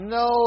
no